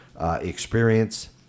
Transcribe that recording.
experience